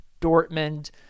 Dortmund